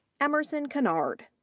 emerson conard,